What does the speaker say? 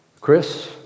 Chris